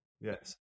Yes